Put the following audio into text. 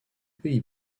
pays